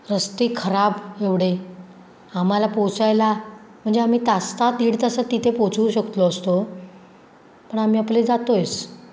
रस्ते खराब एवढे आम्हाला पोहचायला म्हणजे आम्ही तासात दीड तासात तिथे पोहचवू शकलो असतो पण आम्ही आपले जातो आहेच